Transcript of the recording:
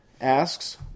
asks